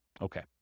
Okay